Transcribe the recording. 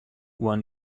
won